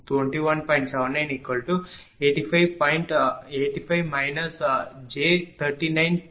7985 j39